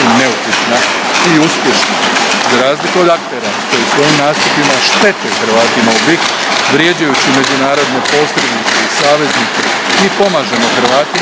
i … i uspješna. Za razliku od aktera koji svojim nastupima štete Hrvatima u BiH, vrijeđajući međunarodne posrednike i saveznike, mi pomažemo Hrvatima,